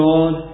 God